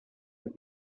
have